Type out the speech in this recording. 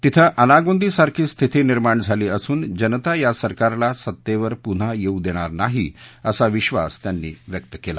तिथं अनागोंदी सारखी स्थिती निर्माण झाली असून जनता या सरकारला सत्तेवर पुन्हा येऊ देणार नाही असा विश्वास त्यांनी व्यक्त केला